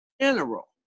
general